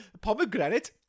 pomegranate